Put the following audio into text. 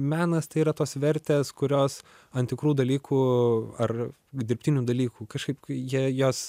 menas tai yra tos vertės kurios ant tikrų dalykų ar dirbtinių dalykų kažkaip jei jas